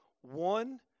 one